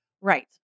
Right